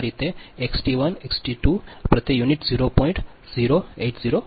તેથી આ રીતે એક્સટી 1 એક્સટી 2 પ્રતિ યુનિટ 0